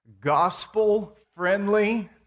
gospel-friendly